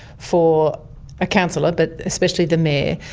for a councillor, but especially the mayor,